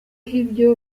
ibyo